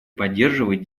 поддерживать